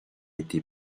été